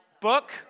book